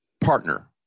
partner